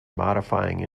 modifying